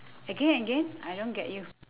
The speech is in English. again again I don't get you